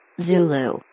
Zulu